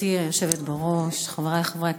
גברתי היושבת-ראש, חברי חברי הכנסת,